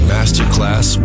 Masterclass